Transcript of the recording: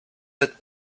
that